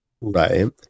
right